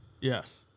Yes